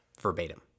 verbatim